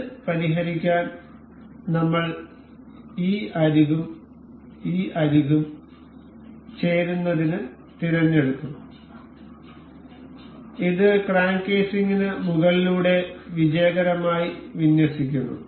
ഇത് പരിഹരിക്കാൻ നമ്മൾ ഈ അരികും ഈ അരികും ചേരുന്നതിന് തിരഞ്ഞെടുക്കും ഇത് ക്രാങ്ക് കേസിംഗിന് മുകളിലൂടെ വിജയകരമായി വിന്യസിക്കുന്നു